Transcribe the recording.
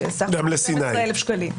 בסך של 12,000 שקלים.